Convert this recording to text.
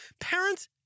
Parents